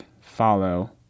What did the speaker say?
Follow